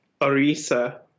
Arisa